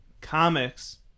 comics